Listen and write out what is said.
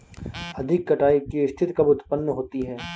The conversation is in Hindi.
अधिक कटाई की स्थिति कब उतपन्न होती है?